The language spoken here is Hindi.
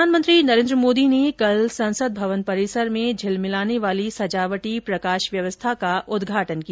प्रधानमंत्री नरेन्द्र मोदी ने कल संसद भवन परिसर में झिलमिलाने वाली सजावटी प्रकाश व्यवस्था का उद्घाटन किया